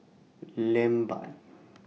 Lambert